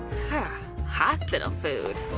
ah hospital food,